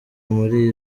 muri